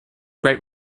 great